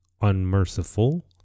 unmerciful